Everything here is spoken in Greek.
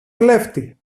κλέφτη